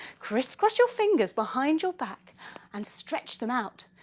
criss cross your fingers behind your back and stretch them out.